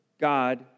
God